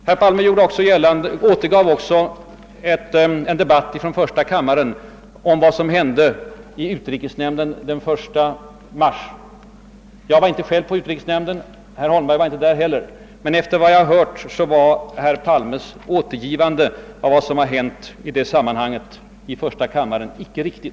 Herr Palme redogjorde också för en debatt i första kammaren om vad som hände i utrikesnämnden den 1 mars. Jag var inte själv närvarande där och inte heller herr Holmberg, men efter vad jag har hört var herr Palmes återgivning i första kammaren av vad som hänt i detta sammanhang icke riktig.